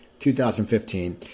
2015